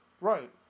Right